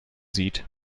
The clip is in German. sieht